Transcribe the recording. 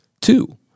two